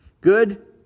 Good